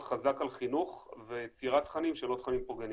חזק על חינוך ויצירת תכנים שהם לא תכנים פוגעניים.